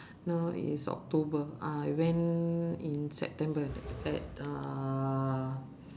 now it is october I went in september at uh